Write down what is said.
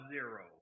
Zero